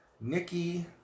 Nikki